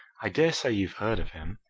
i dare say you've heard of him.